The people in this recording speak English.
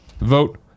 Vote